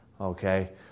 Okay